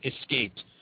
escaped